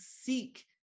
seek